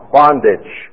bondage